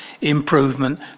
improvement